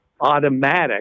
automatic